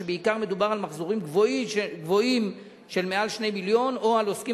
ובעיקר מדובר על מחזורים גבוהים של מעל 2 מיליון או על עוסקים